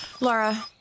Laura